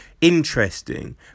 interesting